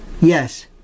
Yes